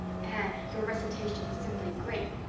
anne, your recitation was simply great,